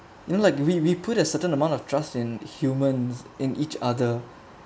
you know like we we put a certain amount of trust in humans in each other